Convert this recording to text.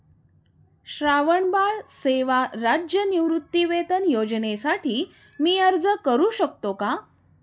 श्रावणबाळ सेवा राज्य निवृत्तीवेतन योजनेसाठी मी अर्ज करू शकतो का?